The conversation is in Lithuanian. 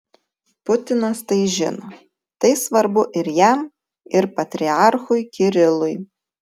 putinas tai žino tai svarbu ir jam ir patriarchui kirilui